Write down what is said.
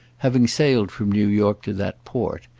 having sailed from new york to that port,